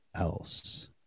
else